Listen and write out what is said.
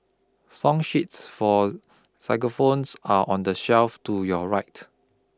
song sheets for xylophones are on the shelf to your right